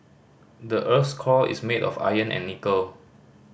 the earth's core is made of iron and nickel